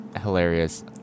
hilarious